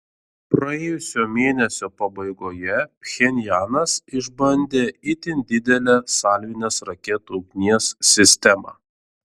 praėjusio mėnesio pabaigoje pchenjanas išbandė itin didelę salvinės raketų ugnies sistemą